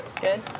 Good